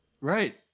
Right